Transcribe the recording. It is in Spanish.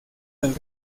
del